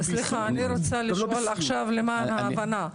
למען ההבנה,